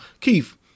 Keith